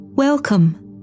Welcome